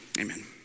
amen